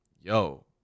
yo